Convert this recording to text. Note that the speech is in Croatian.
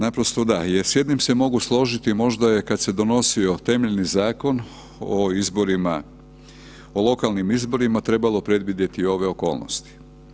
Naprosto da, jer s jednim se mogu složiti možda je kad se donosio temeljni Zakon o izborima, o lokalnim izborima, trebalo predvidjeti ove okolnosti.